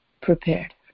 prepared